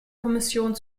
kommission